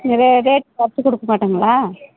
இதில் ரேட் கொறைச்சு கொடுக்க மாட்டீங்களா